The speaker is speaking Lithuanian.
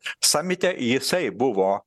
samite jisai buvo